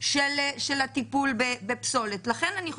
פתרונות קצה לגבי פסולת הם הדברים